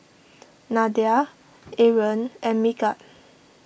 Nadia Aaron and Megat